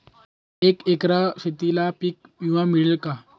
एका एकर शेतीला पीक विमा मिळेल का?